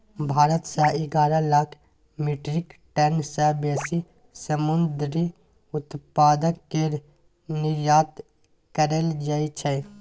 भारत सँ एगारह lakh metric ton सँ बेसी समुंदरी उत्पाद केर निर्यात कएल जाइ छै